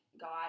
God